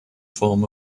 form